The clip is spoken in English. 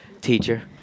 Teacher